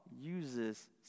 uses